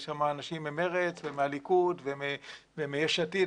יש שם אנשים ממרצ ומהליכוד ומ'יש עתיד',